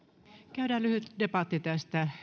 käydään lyhyt debatti tästä